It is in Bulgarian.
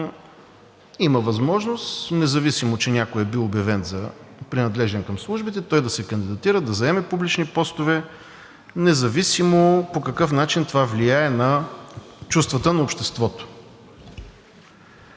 има възможност, независимо че някой е бил обявен за принадлежен към службите, той да се кандидатира, да заеме публични постове независимо по какъв начин това влияе на чувствата на обществото.